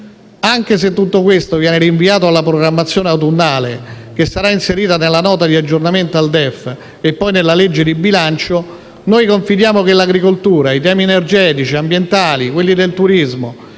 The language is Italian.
Anche se tutto questo viene rinviato alla programmazione autunnale, che sarà inserita nella Nota di aggiornamento al DEF e poi nella legge di bilancio, noi confidiamo che l'agricoltura, i temi energetici e ambientali, quelli del turismo,